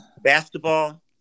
basketball